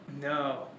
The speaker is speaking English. No